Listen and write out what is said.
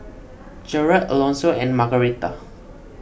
Jered Alonso and Margarita